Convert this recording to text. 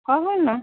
कहुँ ने